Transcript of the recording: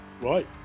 Right